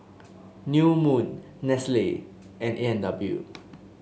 New Moon Nestle and A and W